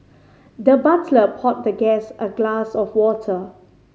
the butler poured the guest a glass of water